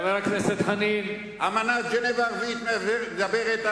האמנה לא מדברת על